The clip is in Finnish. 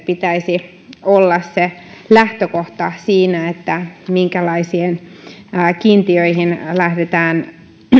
pitäisi olla lähtökohta siinä minkälaisia kiintiöitä lähdetään